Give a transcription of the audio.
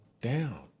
down